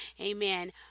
amen